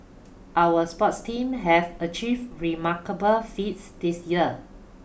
our sports team have achieved remarkable feats this year